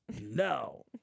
no